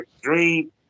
dream